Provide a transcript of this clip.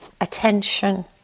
attention